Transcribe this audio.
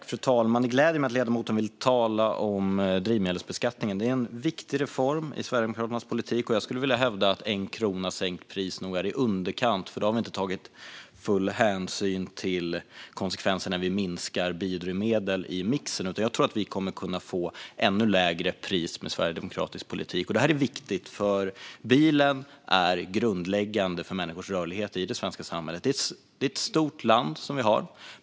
Fru talman! Det gläder mig att ledamoten vill tala om drivmedelsbeskattningen. Det är en viktig reform i Sverigedemokraternas politik. Jag skulle vilja hävda att 1 krona i sänkt pris nog är i underkant, för det tar inte full hänsyn till konsekvenserna när man minskar andelen biodrivmedel i mixen. Jag tror att vi kommer att kunna få ännu lägre pris med sverigedemokratisk politik. Det här är viktigt, för bilen är grundläggande för människors rörlighet i det svenska samhället. Det är ett stort land vi har.